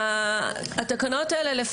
התקנות האלה,